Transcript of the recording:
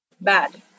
bad